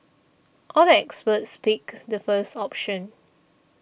all the experts picked the first option